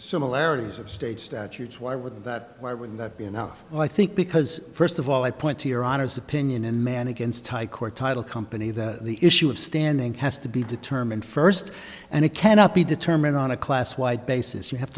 similarities of state statutes why would that why would that be enough i think because first of all i point to your honor's opinion in man against high court title company that the issue of standing has to be determined first and it cannot be determined on a class wide basis you have